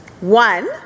One